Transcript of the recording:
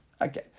Okay